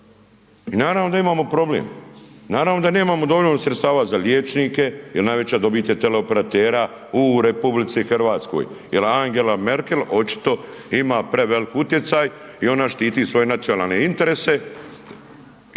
i naravno da imamo problem, naravno da nemamo dovoljno sredstava za liječnike jel najveća dobit je tele operatera u RH jel Angela Merkel očito ima prevelik utjecaj i ona štiti svoje nacionalne interese